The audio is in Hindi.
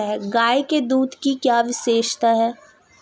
गाय के दूध की क्या विशेषता है?